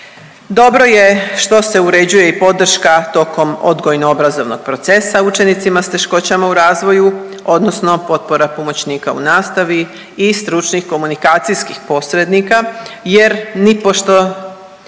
Dobro je što se uređuje i podrška tokom odgojno-obrazovnog procesa učenicima s teškoćama u razvoju odnosno potpora pomoćnika u nastavi i stručnih komunikacijskih posrednika jer nipošto